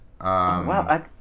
wow